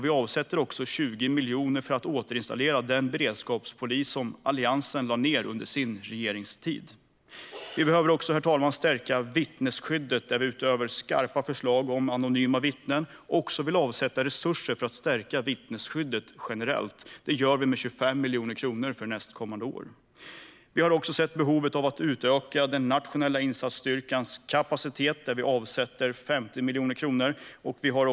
Vi avsätter också 20 miljoner för att återinstallera den beredskapspolis som Alliansen lade ned under sin regeringstid. Vittnesskyddet behöver också stärkas. Utöver skarpa förslag om att införa anonyma vittnen vill vi avsätta resurser för att stärka vittnesskyddet generellt, med 25 miljoner kronor för nästkommande år. Vi har också sett behovet av att utöka den nationella insatsstyrkans kapacitet och avsätter 50 miljoner kronor för det.